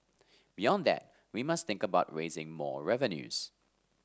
beyond that we must think about raising more revenues